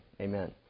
Amen